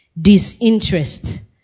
Disinterest